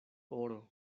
oro